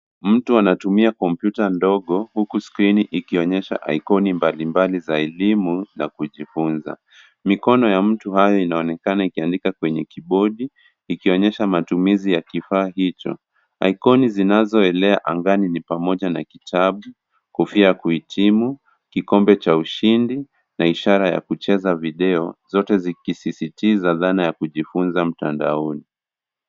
Mtu anatumia kompyuta ndogo huku skrini ikionyesha aikoni mbalimbali za elimu na kujifunza. Mikono ya mtu hayo inaonekana ikiandika kwenye kibodi ikionyesha matumizi ya kifaa hicho aikoni zinazoelea angani ni pamoja na kitabu, kofia ya kuhitimu, kikombe cha ushindi na ishara ya kucheza video zote zikisisitiza dhana ya kujifunza mtandaoni.